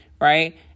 Right